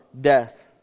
death